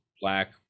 black